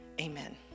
Amen